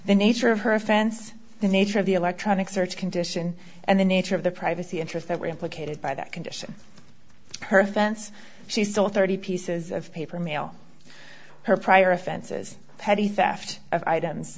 the nature of her offense the nature of the electronic search condition and the nature of the privacy interests that were implicated by that condition her fence she sold thirty pieces of paper mail her prior offenses petty theft of items